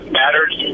matters